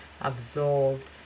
absorbed